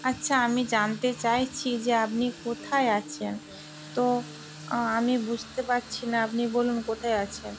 আচ্ছা আমি জানতে চাইছি যে আপনি কোথায় আছেন তো আমি বুঝতে পাচ্ছি না আপনি বলুন কোথায় আছেন